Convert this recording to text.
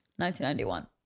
1991